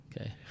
Okay